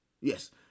Yes